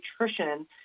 nutrition